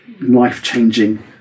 life-changing